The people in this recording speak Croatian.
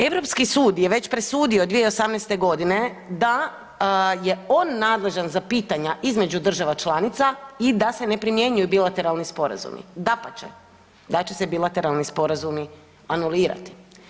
Europski sud je već presudio 2018. godine da je on nadležan za pitanja između država članica i da se ne primjenjuju bilateralni sporazumi, dapače da se će bilateralni sporazumi anulirati.